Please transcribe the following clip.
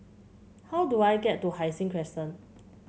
how do I get to Hai Sing Crescent